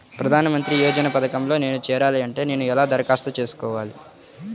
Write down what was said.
ప్రధాన మంత్రి యోజన పథకంలో నేను చేరాలి అంటే నేను ఎలా దరఖాస్తు చేసుకోవాలి?